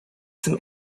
some